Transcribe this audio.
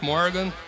Morgan